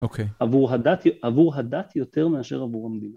אוקיי. עבור הדת יותר מאשר עבור המדינה.